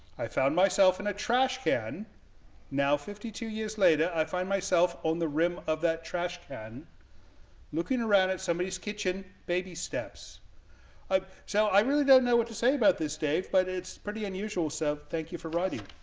i found myself in a trash can now fifty two years later i find myself on the rim of that trash can looking around at somebody's kitchen baby steps i so i really don't know what to say about this dave but it's pretty unusual so thank you for writing